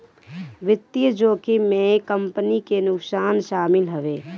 वित्तीय जोखिम में कंपनी के नुकसान शामिल हवे